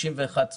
91%